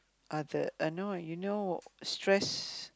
other I know you know stress